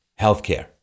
healthcare